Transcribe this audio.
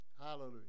Hallelujah